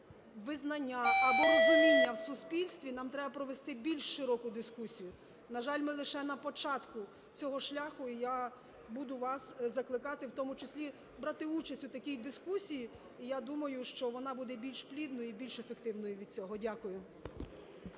визнання або розуміння в суспільстві, нам треба провести більш широку дискусію. На жаль, ми лише на початку цього шляху і я буду вас закликати в тому числі брати участь у такій дискусії. І я думаю, що вона буде більш плідною і більш ефективною від цього. Дякую.